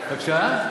בבקשה?